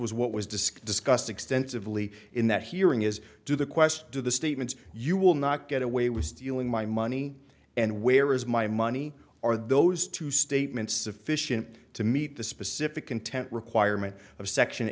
was what was disc discussed extensively in that hearing is to the question do the statements you will not get away with stealing my money and where is my money or those two statements sufficient to meet the specific intent requirement of section